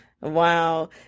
Wow